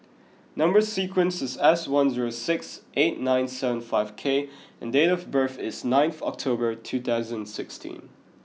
number sequence is S one zero six eight nine seven five K and date of birth is ninth October two thousand and sixteen